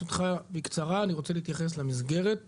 בקצרה, רוצה להתייחס למסגרת ולתוכן.